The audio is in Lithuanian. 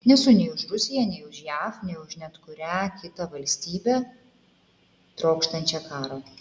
nesu nei už rusiją nei už jav nei už net kurią kitą valstybę trokštančią karo